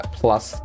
plus